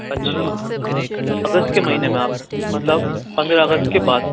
اچھا اگست کے مہینے میں آپ مطلب پندرہ اگست کے بعد